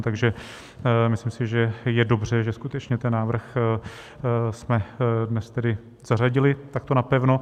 Takže si myslím, že je dobře, že skutečně ten návrh jsme dnes tedy zařadili takto napevno.